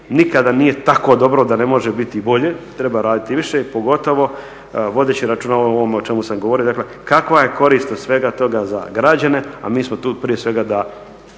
Nikada nije tako dobro da ne može biti i bolje, treba raditi i više, pogotovo vodeći računa o ovome o čemu sam govorio. Dakle, kakva je korist od svega toga za građane, a mi smo tu prije svega da